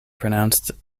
pronounced